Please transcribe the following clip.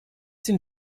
sind